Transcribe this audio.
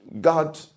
God